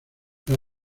las